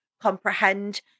comprehend